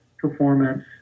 performance